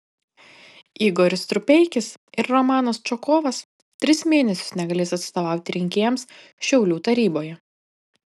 igoris strupeikis ir romanas čokovas tris mėnesius negalės atstovauti rinkėjams šiaulių taryboje